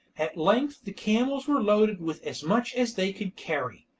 at length the camels were loaded with as much as they could carry,